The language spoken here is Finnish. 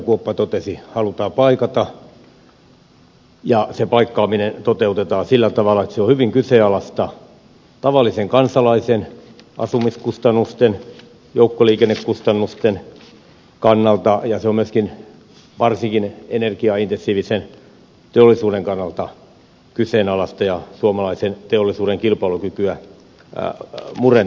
kuoppa totesi halutaan paikata ja se paikkaaminen toteutetaan sillä tavalla että se on hyvin kyseenalaista tavallisen kansalaisen asumiskustannusten joukkoliikennekustannusten kannalta ja se on myös varsinkin energiaintensiivisen teollisuuden kannalta kyseenalaista ja suomalaisen teollisuuden kilpailukykyä murentavaa